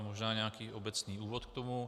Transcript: Možná nějaký obecný úvod k tomu.